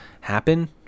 happen